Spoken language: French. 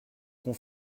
qu’on